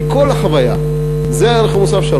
מכל החוויה זה הערך המוסף שלנו,